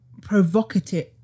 provocative